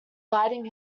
biting